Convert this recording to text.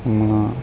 હમણાં